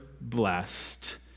blessed